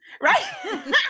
right